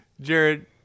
Jared